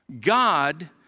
God